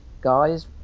guys